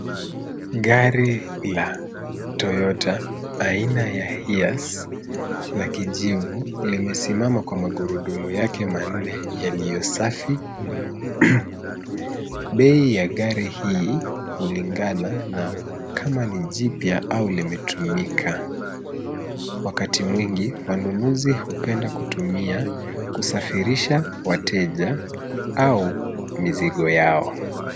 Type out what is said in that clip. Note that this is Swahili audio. Gari ya Toyota aina ya Hiace la kijivu limesimama kwa magurudumu yake manne yaliyo safi mno. Bei ya gari hii hulingana na kama ni jipya au limetumika. Wakati mwingi wanunuzi hupenda kutumia kusafirisha wateja au mizigo yao.